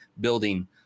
building